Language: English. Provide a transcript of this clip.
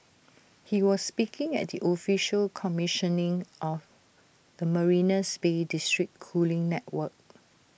he was speaking at the official commissioning of the marina Bay's district cooling network